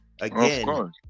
again